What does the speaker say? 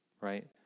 right